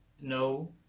no